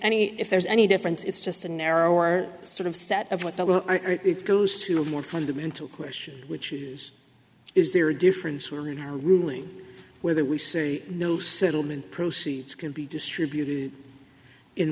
any if there's any difference it's just a narrower sort of set of what that will are it goes to a more fundamental question which is is there a difference or in our ruling where we say no settlement proceeds can be distributed in